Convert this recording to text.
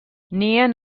nien